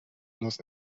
nos